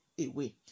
away